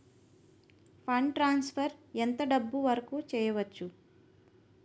Fund transfer ఎంత డబ్బు వరుకు చేయవచ్చు?